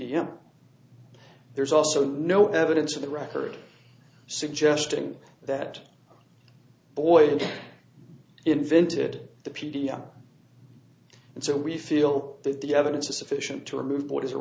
f there's also no evidence of the record suggesting that boyd invented the p d f and so we feel that the evidence is sufficient to remove what is a